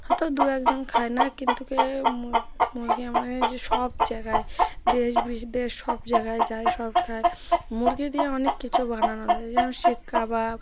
হয়তো দু একজন খায় না কিন্তু কি মুরগি আমরা যে সব জায়গায় দেশ বিদেশ সব জায়গায় যায় সব খায় মুরগি দিয়ে অনেক কিছু বানানো যায় যেমন শিক কাবাব